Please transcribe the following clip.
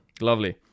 lovely